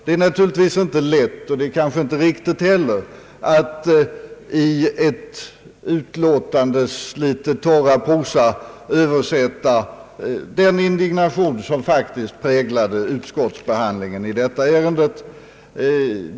Det är naturligtvis inte lätt och det kanske inte heller är riktigt att i ett utlåtandes litet torra prosa uttrycka den indignation som faktiskt präglade utskottsbehandlingen av detta ärende.